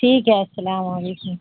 ٹھیک ہے السلام علیکم